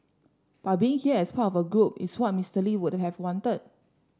but being here as part of a group is what Mister Lee would have wanted